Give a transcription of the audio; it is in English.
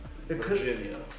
Virginia